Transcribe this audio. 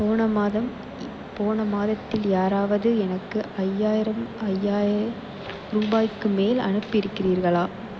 போன மாதம் போன மாதத்தில் யாராவது எனக்கு ஐயாயிரம் ஐயாய ரூபாய்க்கு மேல் அனுப்பி இருக்கிறீர்களா